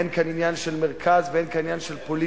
אין כאן עניין של מרכז ואין כאן עניין של פוליטיקה.